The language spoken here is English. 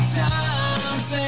times